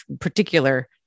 particular